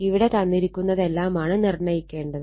ഇവിടെ തന്നിരിക്കുന്നതെല്ലാമാണ് നിർണ്ണയിക്കേണ്ടത്